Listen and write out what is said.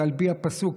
על פי הפסוק,